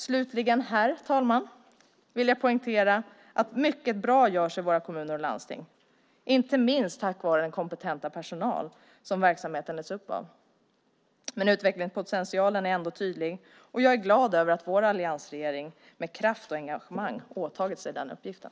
Slutligen, herr talman, vill jag poängtera att mycket bra görs i våra kommuner och landsting, inte minst tack vare den kompetenta personal som verksamheten hålls upp av. Men utvecklingspotentialen är ändå tydlig, och jag är glad över att vår alliansregering med kraft och engagemang åtagit sig den uppgiften.